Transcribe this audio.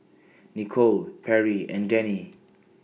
Nikole Perri and Dennie